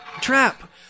trap